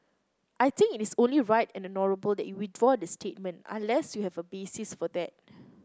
I think it is only right and honourable that you withdraw the statement unless you have a basis for that